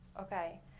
Okay